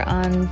on